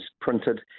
printed